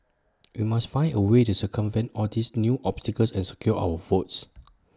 we must find A way to circumvent all these new obstacles and secure our votes